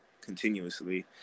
continuously